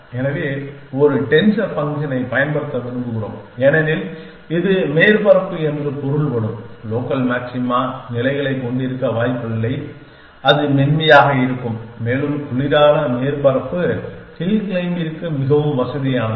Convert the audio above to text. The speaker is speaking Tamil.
எனவே ஒரு டென்சர் ஃபங்க்ஷனைப் பயன்படுத்த விரும்புகிறோம் ஏனெனில் இது மேற்பரப்பு என்று பொருள்படும் லோக்கல் மாக்ஸிமா நிலைகளைக் கொண்டிருக்க வாய்ப்பில்லை அது மென்மையாக இருக்கும் மேலும் குளிரான மேற்பரப்பு ஹில் க்ளைம்பிங்கிற்கு மிகவும் வசதியானது